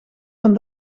van